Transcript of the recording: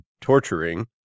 torturing